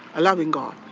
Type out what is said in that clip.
a loving god?